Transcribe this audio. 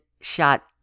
shot